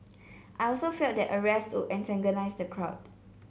I also felt that arrest would antagonise the crowd